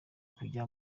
kujya